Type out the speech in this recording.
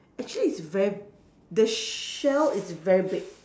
actually it's very the shell is very big